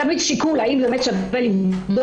זה תמיד שיקול האם באמת שווה לבדוק.